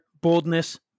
boldness